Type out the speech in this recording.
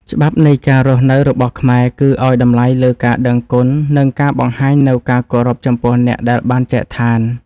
ច្បាប់នៃការរស់នៅរបស់ខ្មែរ គឺឱ្យតម្លៃលើការដឹងគុណ និងការបង្ហាញនូវការគោរពចំពោះអ្នកដែលបានចែកឋាន។